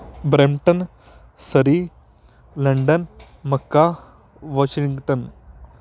Brampton Surrey London Makkah Washington